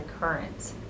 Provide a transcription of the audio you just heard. current